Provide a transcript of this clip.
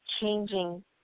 changing